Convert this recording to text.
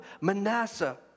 Manasseh